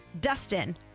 Dustin